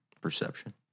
Perception